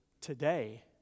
today